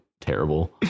terrible